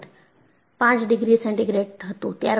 5 degree centigrade હતું